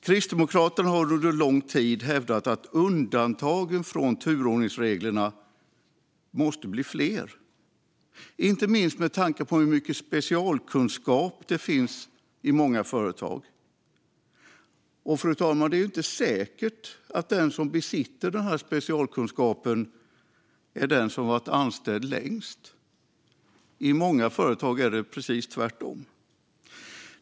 Kristdemokraterna har under en lång tid hävdat att undantagen från turordningsreglerna måste bli fler, inte minst med tanke på hur mycket specialkunskap det finns i många företag och, fru talman, att det inte är säkert att den som besitter specialkunskapen är den som har varit anställd längst. I många företag är det precis tvärtom.